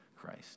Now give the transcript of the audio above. Christ